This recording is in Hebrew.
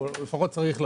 לפחות צריך לחול.